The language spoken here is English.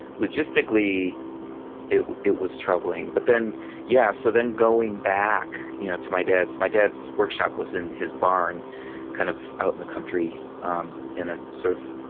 logistically it it was troubling but yeah, so then going back you know to my dad's, my dad's workshop was in his barn kind of out in the country um in a sort of